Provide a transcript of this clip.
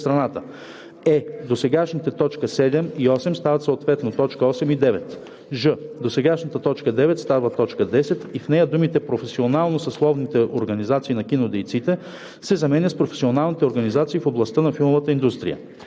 е) досегашните т. 7 и 8 стават съответно т. 8 и 9; ж) досегашната т. 9 става т. 10 и в нея думите „професионално-съсловните организации на кинодейците“ се заменят с „професионалните организации в областта на филмовата индустрия“;